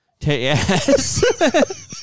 yes